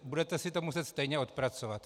Budete si to muset stejně odpracovat.